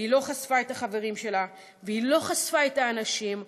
ולא חשפה את החברים שלה, ולא חשפה את האנשים.